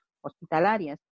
hospitalarias